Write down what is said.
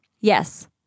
Yes